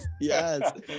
yes